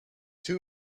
two